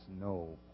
no